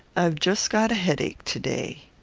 i've just got a headache to-day.